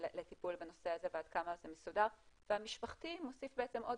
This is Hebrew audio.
לטיפול בנושא הזה ועד כמה זה מסודר והמשפחתי מוסיף עוד